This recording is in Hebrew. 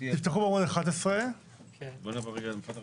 תפתחו בעמוד 11. בוא נעבור רגע על המפרט הרשותי,